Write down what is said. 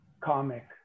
comic